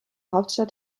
hauptstadt